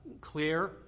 clear